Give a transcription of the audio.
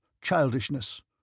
childishness